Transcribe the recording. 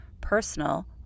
personal